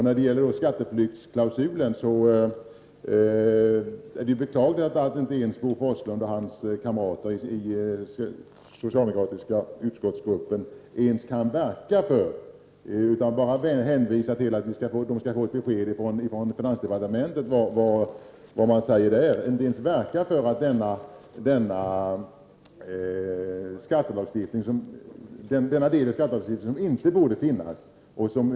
När det gäller skatteflyktsklausulen beklagar vi att Bo Forslund och hans kamrater i den socialdemokratiska utskottsgruppen bara hänvisar till att det skall komma ett besked från finansdepartementet. Denna del av skattelagstiftningen borde inte finnas.